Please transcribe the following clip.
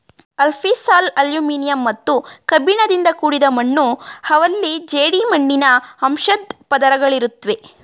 alfisol aluminium ಮತ್ತು ಕಬ್ಬಿಣದಿಂದ ಕೂಡಿದ ಮಣ್ಣು ಅವಲ್ಲಿ ಜೇಡಿಮಣ್ಣಿನ ಅಂಶದ್ ಪದರುಗಳಿರುತ್ವೆ